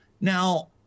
Now